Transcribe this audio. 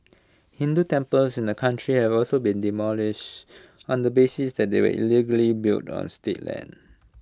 Hindu temples in the country have also been demolished on the basis that they were illegally built on state land